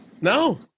No